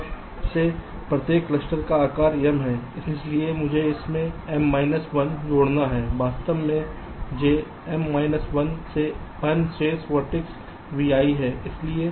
तब से प्रत्येक क्लस्टर का आकार m है इसलिए मुझे इस m ऋण 1 जोड़ना है वास्तव मेंj m 1 से 1 शेष वेर्तिसेस Vi है